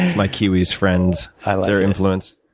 my kiwi's friend, ah like their influence.